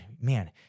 man